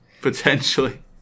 potentially